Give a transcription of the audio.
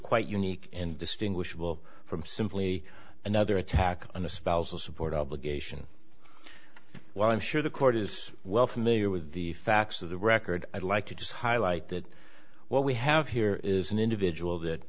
quite unique and distinguishable from simply another attack on the spousal support obligation while i'm sure the court is well familiar with the facts of the record i'd like to just highlight that what we have here is an individual that